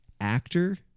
actor